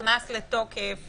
נכנס לתוקף